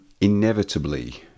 inevitably